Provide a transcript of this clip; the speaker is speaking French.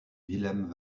willem